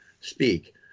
speak